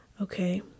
okay